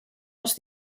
els